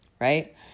right